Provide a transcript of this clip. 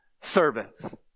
servants